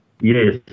Yes